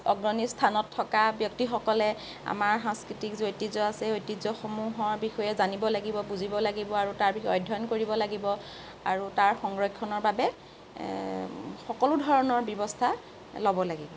অগ্ৰণী স্থানত থকা ব্যক্তিসকলে আমাৰ সাংস্কৃতিক যি ঐতিহ্য আছে সেই ঐতিহ্যসমূহৰ বিষয়ে জানিব লাগিব বুজিব লাগিব আৰু তাৰ বিষয়ে অধ্যয়ন কৰিব লাগিব আৰু তাৰ সংৰক্ষণৰ বাবে সকলো ধৰণৰ ব্যৱস্থা ল'ব লাগিব